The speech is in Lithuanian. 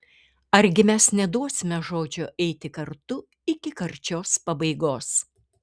argi mes neduosime žodžio eiti kartu iki karčios pabaigos